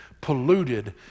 Polluted